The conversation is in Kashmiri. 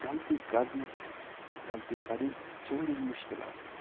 غلطی کڑنس غلطی کَڑٕنۍ چھِ وارِیاہ مُشکِل آسان